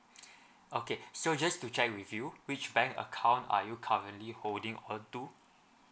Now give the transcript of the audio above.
okay so just to check with you which bank account are you currently holding on to